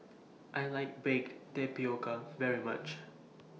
I like Baked Tapioca very much